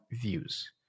views